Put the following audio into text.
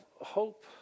hope